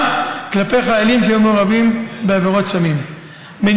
כלפי חיילים שהיו מעורבים בעבירות סמים.